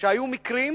שהיו מקרים